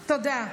תודה.